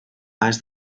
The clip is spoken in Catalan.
pas